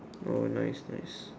oh nice nice